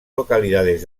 localidades